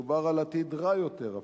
מדובר על עתיד רע יותר אפילו.